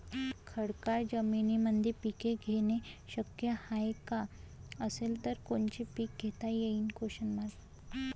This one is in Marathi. खडकाळ जमीनीमंदी पिके घेणे शक्य हाये का? असेल तर कोनचे पीक घेता येईन?